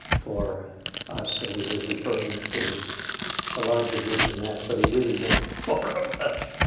for us. and he was referring to a larger group than that. but he really meant the four of us.